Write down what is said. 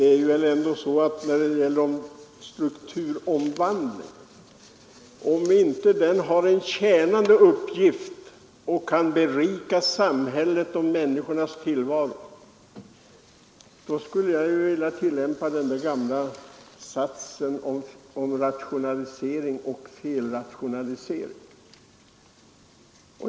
Fru talman! Om strukturomvandlingen inte har en tjänande uppgift och kan berika samhället och människornas tillvaro, skulle jag vilja hänvisa till vad som sägs om rationalisering och felrationalisering.